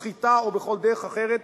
סחיטה או בכל דרך אחרת,